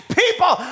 people